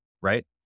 Right